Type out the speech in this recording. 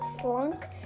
slunk